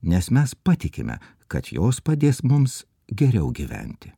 nes mes patikime kad jos padės mums geriau gyventi